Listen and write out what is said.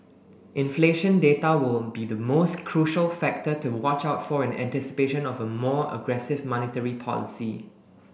inflation data will be the most crucial factor to watch out for in anticipation of a more aggressive monetary policy